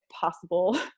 possible